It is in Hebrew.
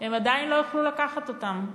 הם עדיין לא יוכלו לקחת אותן.